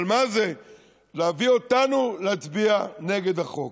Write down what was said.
אבל מה זה להביא אותנו להצביע נגד החוק,